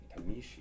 Tamishi